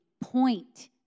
point